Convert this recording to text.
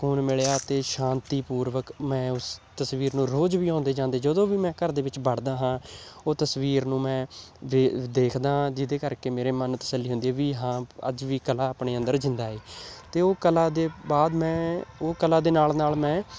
ਸਕੂਨ ਮਿਲਿਆ ਅਤੇ ਸ਼ਾਂਤੀ ਪੂਰਵਕ ਮੈਂ ਉਸ ਤਸਵੀਰ ਨੂੰ ਰੋਜ਼ ਵੀ ਆਉਂਦੇ ਜਾਂਦੇ ਜਦੋਂ ਵੀ ਮੈਂ ਘਰ ਦੇ ਵਿੱਚ ਵੜਦਾ ਹਾਂ ਉਹ ਤਸਵੀਰ ਨੂੰ ਮੈਂ ਦੇ ਦੇਖਦਾਂ ਜਿਹਦੇ ਕਰਕੇ ਮੇਰੇ ਮਨ ਨੂੰ ਤਸੱਲੀ ਹੁੰਦੀ ਵੀ ਹਾਂ ਅੱਜ ਵੀ ਕਲਾ ਆਪਣੇ ਅੰਦਰ ਜ਼ਿੰਦਾ ਹੈ ਅਤੇ ਉਹ ਕਲਾ ਦੇ ਬਾਅਦ ਮੈਂ ਉਹ ਕਲਾ ਦੇ ਨਾਲ ਨਾਲ ਮੈਂ